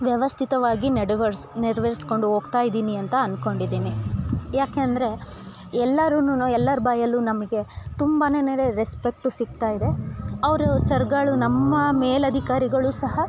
ವ್ಯವಸ್ಥಿತವಾಗಿ ನೆಡವರ್ಸ ನೆರವೇರಿಸ್ಕೊಂಡು ಹೋಗ್ತಾ ಇದ್ದೀನಿ ಅಂತ ಅಂದ್ಕೊಂಡಿದ್ದೀನಿ ಯಾಕೆಂದ್ರೆ ಎಲ್ಲರುನುನು ಎಲ್ಲಾರ ಬಾಯಲ್ಲೂ ನಮಗೆ ತುಂಬಾನೇ ರೆಸ್ಪೆಕ್ಟು ಸಿಗ್ತಾ ಇದೆ ಅವರು ಸರ್ಗಳು ನಮ್ಮ ಮೇಲಧಿಕಾರಿಗಳು ಸಹ